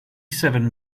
seven